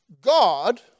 God